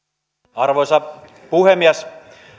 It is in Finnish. arvoisa puhemies